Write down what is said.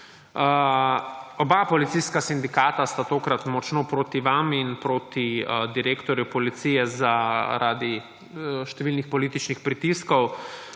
Oba policijska sindikata sta tokrat močno proti vam in proti direktorju policije zaradi številnih političnih pritiskov.